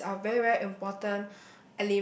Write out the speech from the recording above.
things are very very important